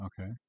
Okay